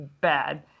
bad